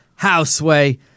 Houseway